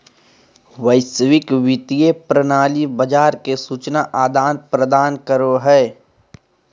वैश्विक वित्तीय प्रणाली बाजार के सूचना आदान प्रदान करो हय